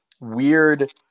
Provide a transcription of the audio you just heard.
weird